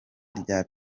rya